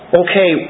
okay